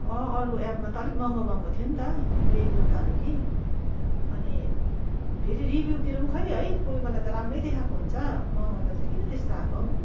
अँ अरू एपमा त अलिक महँगो महँगो थियो नि त त्यही कुर्ताहरू कि अनि फेरि रिभ्यूतिर पनि खोइ है कोही बेला त राम्रो नै देखाएको हुन्छ मगाउँदा चाहिँ किन त्यस्तो आएको हौ